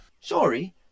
Sorry